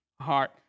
heart